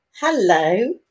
Hello